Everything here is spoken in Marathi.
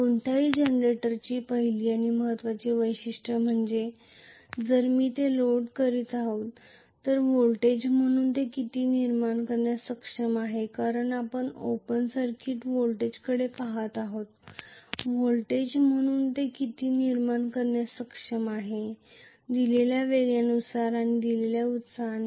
कोणत्याही जनरेटरची पहिली आणि महत्त्वाची वैशिष्ट्ये म्हणजे जर मी ते लोड करीत नाही तर व्होल्टेज म्हणून ते किती निर्माण करण्यास सक्षम आहे कारण आपण ओपन सर्किट व्होल्टेजकडे पहात आहोत व्होल्टेज म्हणून ते किती निर्माण करण्यास सक्षम आहे दिलेल्या वेगाने आणि दिलेल्या उत्साहाने